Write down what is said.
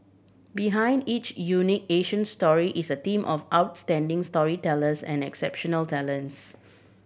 behind each unique Asian story is a team of outstanding storytellers and exceptional talents